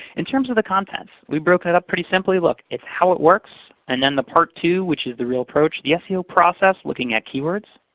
in terms of the contents, we broke it up pretty simply. look. it's how it works. and then the part two, which is the real approach, the seo process, looking at keywords,